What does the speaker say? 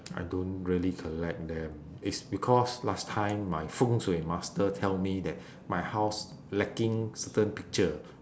I don't really collect them it's because last time my feng shui master tell me that my house lacking certain picture